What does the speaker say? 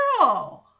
girl